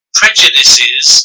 prejudices